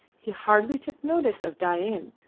he hardly took notice of dain,